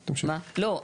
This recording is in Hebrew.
לא,